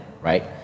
right